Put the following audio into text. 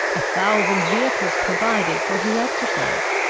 a thousand vehicles provided for his exercise,